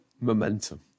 Momentum